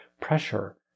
pressure